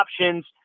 options